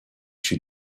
she